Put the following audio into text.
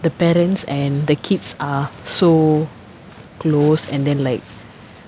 the parents and the kids are so close and then like